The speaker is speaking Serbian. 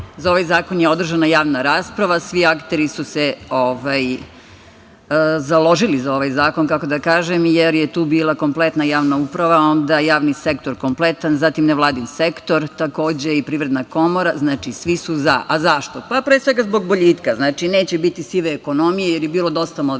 za ovaj zakon je održana javna rasprava, svi akteri su se založili za ovaj zakon, kako da kažem, jer je tu bila kompletna javna uprava, onda javni sektor kompletan, zatim nevladin sektor, takođe i Privredna komora, znači svi su za. Zašto? Pre svega zbog boljitka, znači neće biti sive ekonomije, jer je bilo dosta malverzacija,